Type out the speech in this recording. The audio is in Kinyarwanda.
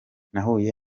nahuye